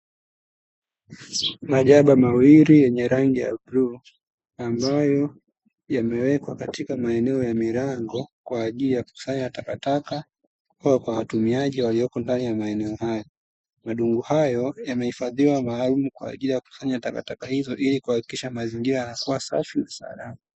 Majaba mawili yenye rangi ya bluu, ambayo yamewekwa katika maeneo ya milango, kwa ajili ya kukusanya takataka kutoka kwa watumiaji walioko ndani ya maeneo hayo, madumu hayo yamehifadhiwa maalumu, kwa ajili kukusanya takataka ili kuhakikisha mazingira yanakuwa safi na salama.